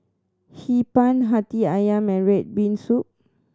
Hee Pan Hati Ayam and red bean soup